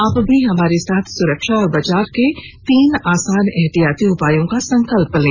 आप भी हमारे साथ सुरक्षा और बचाव के तीन आसान एहतियाती उपायों का संकल्प लें